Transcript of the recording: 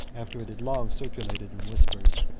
after it had long circulated in whispers,